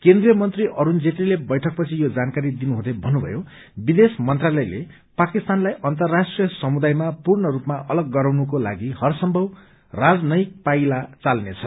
केन्द्रिय मंत्री अरूण जेटलीले बैठकपछि यो जानकारी दिनुहुँदै भन्नुभयो विदेश मंत्रालयले पाकिस्तानलाई अन्तराष्ट्रिय समुदायामा पूर्ण रूपले अलग गराउनको लागि हरसम्भव राजनयिक पाइला चाल्नेछ